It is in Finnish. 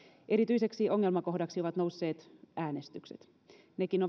erityiseksi ongelmakohdaksi ovat nousseet äänestykset nekin